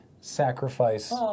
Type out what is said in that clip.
sacrifice